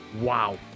Wow